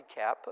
recap